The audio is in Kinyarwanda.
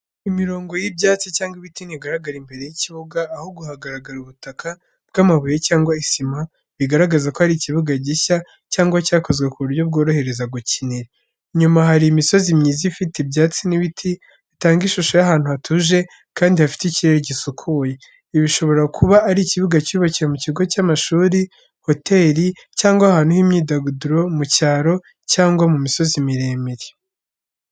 Imirongo y’ibyatsi cyangwa ibiti ntigaragara imbere y’ikibuga, ahubwo hagaragara ubutaka bw’amabuye cyangwa isima, bigaragaza ko ari ikibuga gishya cyangwa cyakozwe ku buryo bworohereza gukinira. Inyuma hari imisozi myiza ifite ibyatsi n’ibiti, bigatanga ishusho y’ahantu hatuje kandi hafite ikirere gisukuye. Ibi bishobora kuba ari ikibuga cyubakiwe mu kigo cy’amashuri, hoteli, cyangwa ahantu h’imyidagaduro mu cyaro cyangwa mu misozi miremire.